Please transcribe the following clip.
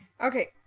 okay